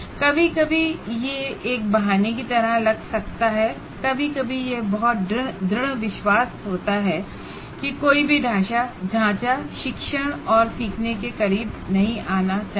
कभी कभी यह एक बहाने की तरह लग सकता है और कभी कभी यह बहुत दृढ़ विश्वास होता है कि कोई भी फ्रेमवर्क शिक्षण और सीखने के करीब नहीं आना चाहिए